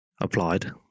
applied